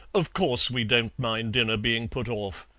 of course we don't mind dinner being put off.